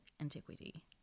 antiquity